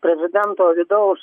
prezidento vidaus